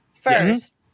first